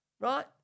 right